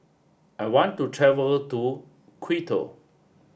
I want to travel to Quito